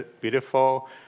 beautiful